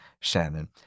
Shannon